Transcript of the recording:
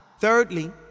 Thirdly